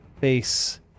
face